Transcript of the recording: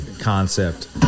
concept